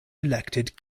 elected